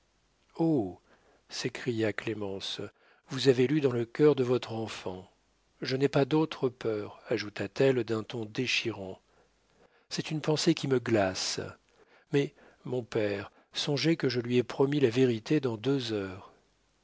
oh s'écria clémence vous avez lu dans le cœur de votre enfant je n'ai pas d'autre peur ajouta-t-elle d'un ton déchirant c'est une pensée qui me glace mais mon père songez que je lui ai promis la vérité dans deux heures